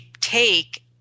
take